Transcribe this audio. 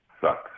sucks